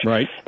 Right